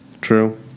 True